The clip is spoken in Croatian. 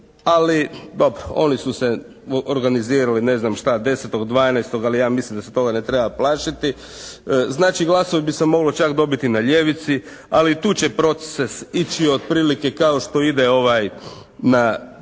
ali dobro, oni su se organizirati ne znam šta 10.12. ali ja mislim da se toga ne treba plašiti. Znači, glasovi bi se mogli čak dobiti na ljevici tu će proces ići otprilike kao što ide ovaj